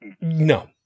no